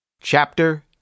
Chapter